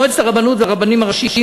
מועצת הרבנות והרבנים הראשיים,